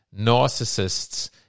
narcissists